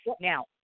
now